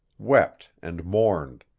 wept and mourned